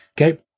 Okay